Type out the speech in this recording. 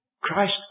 Christ